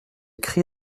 cri